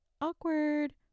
awkward